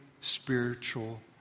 spiritual